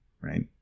right